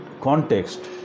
context